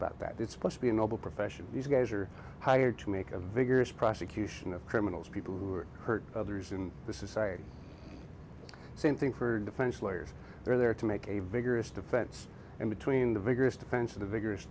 about that it's supposed to be a noble profession these guys are hired to make a vigorous prosecution of criminals people who are hurt others and this is same thing for defense lawyers they're there to make a vigorous defense in between the vigorous defense of the vigorous